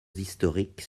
historiques